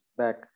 back